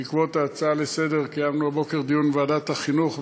בעקבות ההצעה לסדר-היום קיימנו הבוקר דיון בוועדת החינוך,